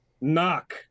knock